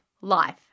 life